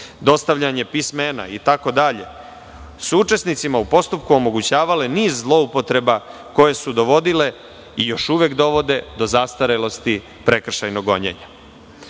dostavljanje pismena itd, su učesnicima u postupku omogućavale niz zloupotreba koje su dovodile, i još uvek dovode, do zastarelosti prekršajnog gonjenja. Dakle,